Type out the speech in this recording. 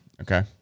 Okay